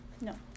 No